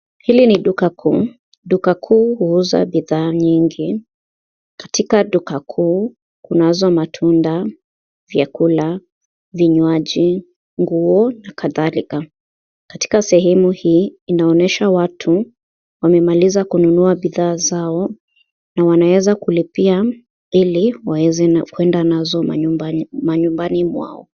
Hili ni duka kuu, duka kuu huuza bidhaa nyingi, katika duka kuu kunazo matunda, vyakula, vinywaji, nguo na kadhalika. Katika sehemu hii inaonyesha watu wamemaliza kununua bidhaa zao na wanaweza kulipia ili waweze kuenda nazo manyumbani mwao.